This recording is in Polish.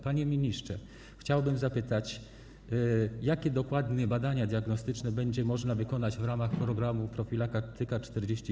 Panie ministrze, chciałbym zapytać: Jakie dokładnie badania diagnostyczne będzie można wykonać w ramach programu „Profilaktyka 40+”